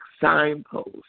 signpost